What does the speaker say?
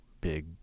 big